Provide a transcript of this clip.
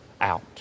out